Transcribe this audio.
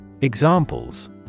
Examples